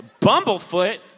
Bumblefoot